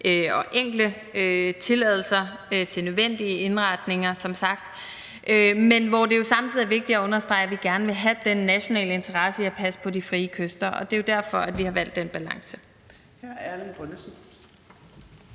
og enkle tilladelser, til nødvendige indretninger, som sagt, men hvor det jo samtidig er vigtigt at understrege, at vi gerne vil have den nationale interesse i at passe på de frie kyster. Og det er jo derfor, at vi har valgt den balance.